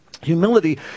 Humility